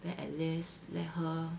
then at least let her